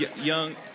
Young